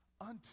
unto